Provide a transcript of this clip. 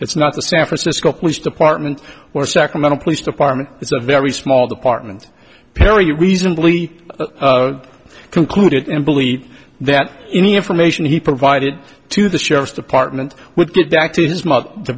it's not the san francisco police department or sacramento police department it's a very small the partment perry reasonably conclude it and believe that any information he provided to the sheriff's department would get back to